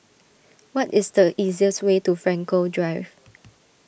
what is the easiest way to Frankel Drive